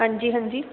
ਹਾਂਜੀ ਹਾਂਜੀ